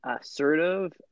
assertive